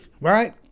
right